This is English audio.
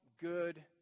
good